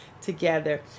together